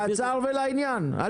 קצר ולעניין, בבקשה.